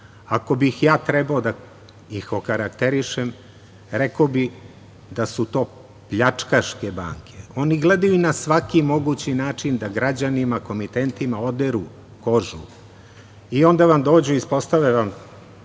Ako bih trebao da ih okarakterišem, rekao bih da su to pljačkaške banke. Oni gledaju na svaki mogući način da građanima, komitentima oderu kožu i onda vam dođu i ispostave vam